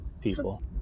people